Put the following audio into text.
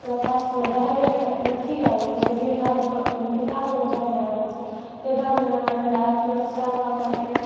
પ્રકાશ વધારે નથી આવતો જે ભાગ ઉપર અંધકાર વધારે આવે છે તે ભાગને તમારે ડાર્ક દર્શાવવા માટે